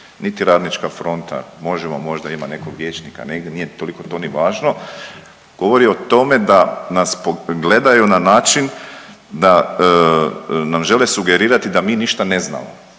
niti Radnička fronta, Možemo! možda ima nekog liječnika negdje, nije toliko to ni važno, govori o tome da nas gledaju na način da nam žele sugerirati da mi ništa ne znamo.